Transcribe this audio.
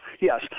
yes